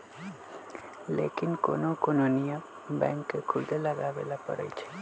लेकिन कोनो कोनो नियम बैंक के खुदे बनावे ला परलई